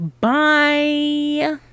Bye